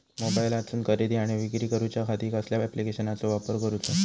मोबाईलातसून खरेदी आणि विक्री करूच्या खाती कसल्या ॲप्लिकेशनाचो वापर करूचो?